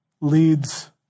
leads